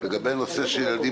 הנושא של ילדים